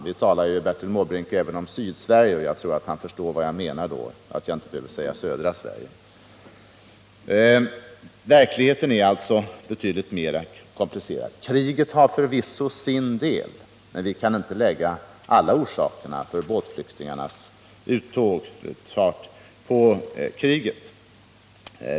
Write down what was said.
Vi talar ju, Bertil Måbrink, även om Sydsverige, och jag tror att Bertil Måbrink förstår vad jag menar då och att jag inte behöver säga södra Sverige. Verkligheten är alltså betydligt mer komplicerad. Kriget har förvisso sin del, men vi kan inte lägga hela skulden för båtflyktingarnas utfart på kriget.